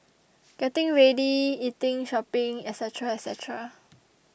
getting ready eating shopping etcetera etcetera